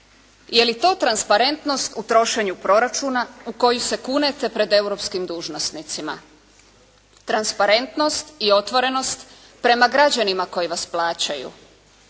Je li to transparentnost u trošenju proračuna u koju se kunete pred europskim dužnosnicima? Transparentnost i otvorenost prema građanima koji vas plaćaju.